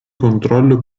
controllo